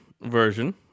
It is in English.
version